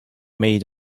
meid